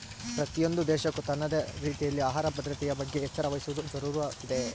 ಪ್ರತಿಯೊಂದು ದೇಶಕ್ಕೂ ತನ್ನದೇ ರೀತಿಯಲ್ಲಿ ಆಹಾರ ಭದ್ರತೆಯ ಬಗ್ಗೆ ಎಚ್ಚರ ವಹಿಸುವದು ಜರೂರು ಇದೆ